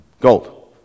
Gold